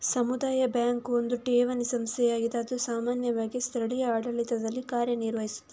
ಸಮುದಾಯ ಬ್ಯಾಂಕು ಒಂದು ಠೇವಣಿ ಸಂಸ್ಥೆಯಾಗಿದ್ದು ಅದು ಸಾಮಾನ್ಯವಾಗಿ ಸ್ಥಳೀಯ ಆಡಳಿತದಲ್ಲಿ ಕಾರ್ಯ ನಿರ್ವಹಿಸ್ತದೆ